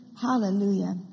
Hallelujah